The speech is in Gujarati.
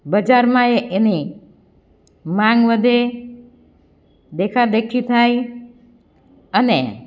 બજારમાં એ એની માંગ વધે દેખા દેખી થાય અને